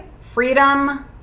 freedom